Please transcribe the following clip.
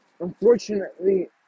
unfortunately